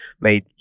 made